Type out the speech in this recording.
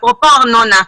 אפרופו ארנונה.